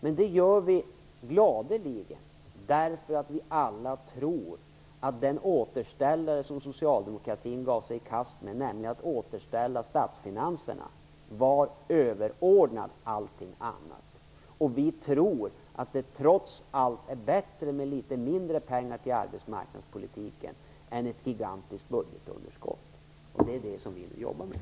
Men det gör vi gladeligen, därför att vi alla tror att den återställare som socialdemokratin gav sig i kast med - nämligen att återställa statsfinanserna - var överordnat allting annat. Vi tror att det trots allt är bättre med litet mindre pengar till arbetsmarknadspolitiken än ett gigantiskt budgetunderskott, och det är detta som vi vill jobba med.